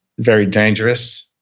very dangerous